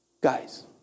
Guys